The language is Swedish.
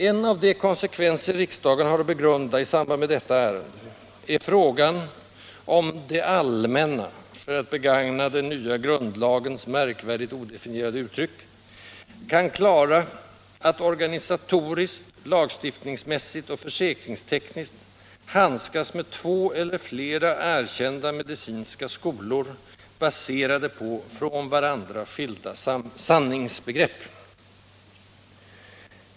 En av de konsekvenser riksdagen har att begrunda i samband med detta ärende är frågan om ”det allmänna” — för att begagna den nya grundlagens märkvärdigt odefinierade uttryck — kan klara att, organisatoriskt, lagstiftningsmässigt och försäkringstekniskt, handskas med två eller flera ”erkända” medicinska skolor, baserade på från varandra skilda sanningsbegrepp.